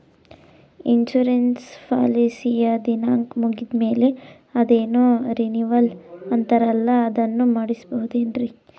Insurance ಪಾಲಿಸಿಯ ದಿನಾಂಕ ಮುಗಿದ ಮೇಲೆ ಅದೇನೋ ರಿನೀವಲ್ ಅಂತಾರಲ್ಲ ಅದನ್ನು ಮಾಡಿಸಬಹುದೇನ್ರಿ?